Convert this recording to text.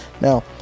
Now